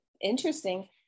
interesting